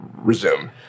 resume